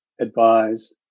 advise